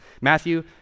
Matthew